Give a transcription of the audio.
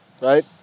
Right